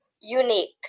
Unique